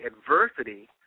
adversity